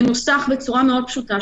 מנוסח בצורה מאוד פשוטה,